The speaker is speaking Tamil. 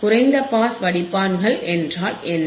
குறைந்த பாஸ் வடிப்பான்கள் என்றால் என்ன